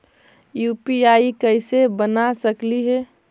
UPI कैसे बना सकली हे?